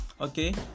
okay